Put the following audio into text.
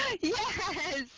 Yes